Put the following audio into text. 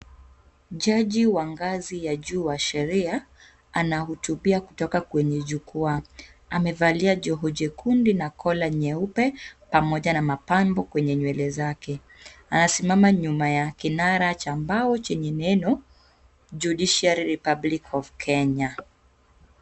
Jaji wa ngazi ya juu wa sheria anahutubia kutoka kwenye jukwaa. Amevalia joho jekundu na kola nyeupe pamoja na mapambo kwenye nywele zake. Anasimama ya kinara cha mbao chenye neno judiciary republic of Kenya .